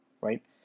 right